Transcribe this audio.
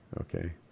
okay